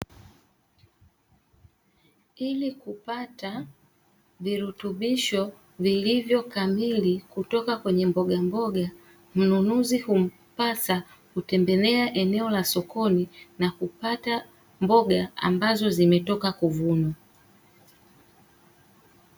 Ili kupata virutubisho vilivyo kamili kutoka kwenye mbogamboga. Mnunuzi humpasa kutembelea eneo la sokoni na kupata mboga ambazo zimetoka kuvunwa.